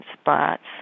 spots